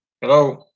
Hello